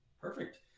Perfect